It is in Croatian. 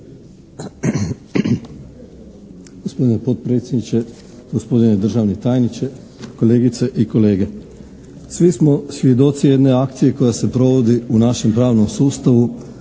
Gospodine potpredsjedniče, gospodine državni tajniče, kolegice i kolege. Svi smo svjedoci jedne akcije koja se proovodi u našem pravnom sustavu